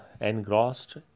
engrossed